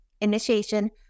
initiation